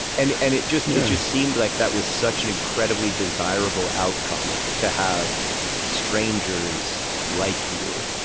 and and it just just seemed like that was such an incredibly desirable outcome to have strangers like you.